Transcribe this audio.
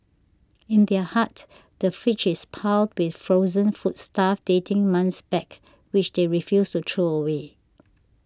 in their hut the fridge is piled with frozen foodstuff dating months back which they refuse to throw away